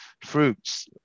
fruits